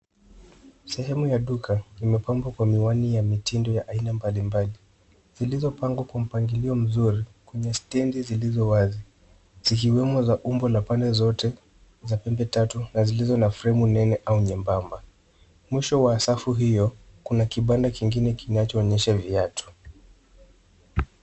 Sehemu ya duka limepambwa kwa miwani ya mitindo ya aina mbalimbali, zilizopangwa kumpangilia mzuri kwenye stendi zilizo wazi, zikiwemo za umbo la pande zote, za pembe tatu na zilizo na fremu nene au nyembamba. Mwisho wa safu hiyo, kuna kibanda kingine kinachoonyesha viatu.